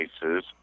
cases